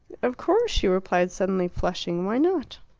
of course, she replied, suddenly flushing. why not?